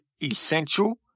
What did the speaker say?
essential